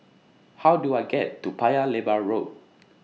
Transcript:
How Do I get to Paya Lebar Road